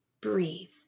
breathe